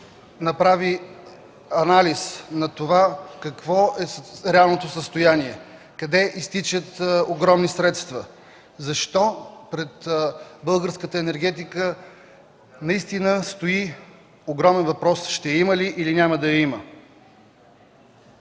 направи анализ какво е реалното състояние, къде изтичат огромни средства? Защо пред българската енергетиката наистина стои огромен въпрос – ще я има ли, или няма да я има?